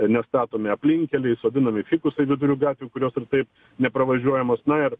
nestatomi aplinkeliai sodinami fikusai viduriu gatvių kurios ir taip nepravažiuojamos na ir